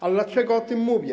A dlaczego o tym mówię?